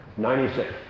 96